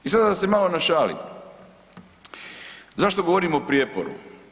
I sada da se malo našalim, zašto govorim o prijeporu?